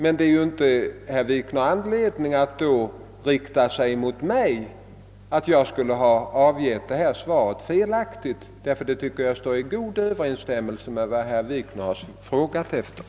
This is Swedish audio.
Men det finns ju inte anledning, herr Wikner, att då rikta sig mot mig och hävda att jag skulle ha avgivit ett felaktigt svar. Jag tycker att mitt svar står i överensstämmelse med de frågor herr Wikner hade ställt.